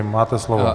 Máte slovo.